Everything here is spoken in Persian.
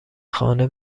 خانه